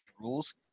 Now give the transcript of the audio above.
rules